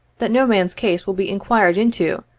that no man's case will be inquired into,